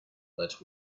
let